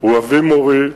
הוא אבי מורי,